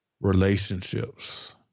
Relationships